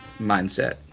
mindset